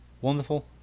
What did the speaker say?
wonderful